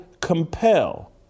compel